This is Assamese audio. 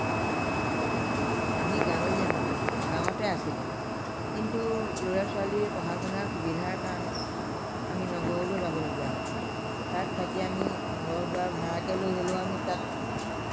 আমি গাঁৱলীয়া মানুহ গাঁৱতে আছিলোঁ কিন্তু লৰা ছোৱালীৰ পঢ়া শুনাৰ সুবিধাৰ কাৰণে আমি নগৰলৈ যাবলগীয়া হ'ল তাত থাকি আমি ঘৰ দুৱাৰ ভাড়াকৈ লৈ হ'লেও আমি তাত